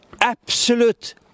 absolute